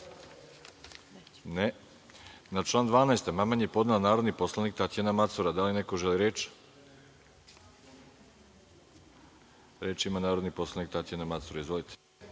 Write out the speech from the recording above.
(Ne.)Na član 12. amandman je podnela narodni poslanik Tatjana Macura. Da li neko želi reč? Reč ima narodni poslanik Tatjana Macura. **Tatjana